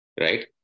right